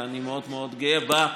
ואני מאוד מאוד גאה בה.